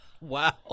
Wow